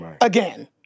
again